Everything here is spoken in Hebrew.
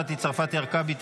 מטי צרפתי הרכבי,